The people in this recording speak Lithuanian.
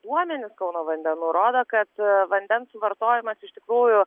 duomenys kauno vandenų rodo kad vandens suvartojimas iš tikrųjų